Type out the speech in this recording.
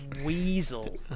weasel